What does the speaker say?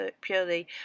purely